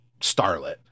starlet